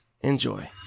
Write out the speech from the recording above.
Enjoy